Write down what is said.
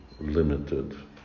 limited